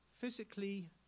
physically